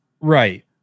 Right